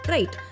Right